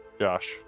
Josh